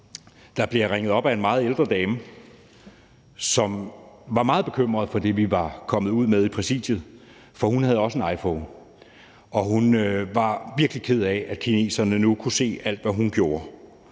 Der blev jeg ringet op af en meget ældre dame, som var meget bekymret over det, vi var kommet ud med i Præsidiet, for hun havde også en iPhone, og hun var virkelig ked af, at kineserne nu kunne se alt, hvad hun gjorde.